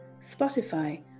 Spotify